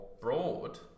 broad